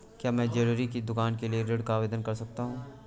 क्या मैं ज्वैलरी की दुकान के लिए ऋण का आवेदन कर सकता हूँ?